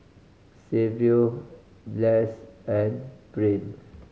Saverio Blas and Brain